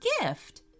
gift